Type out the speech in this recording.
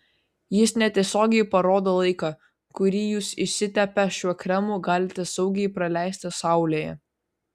jis netiesiogiai parodo laiką kurį jūs išsitepę šiuo kremu galite saugiai praleisti saulėje